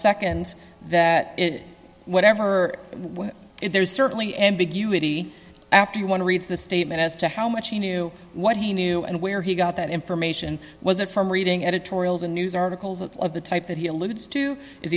nd that it whatever if there is certainly ambiguity after you want to read the statement as to how much he knew what he knew and where he got that information was it from reading editorials and news articles of the type that he alludes to i